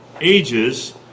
ages